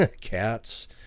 Cats